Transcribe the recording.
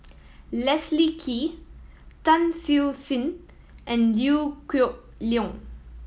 Leslie Kee Tan Siew Sin and Liew Geok Leong